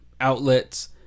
outlets